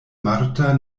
marta